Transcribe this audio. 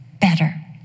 better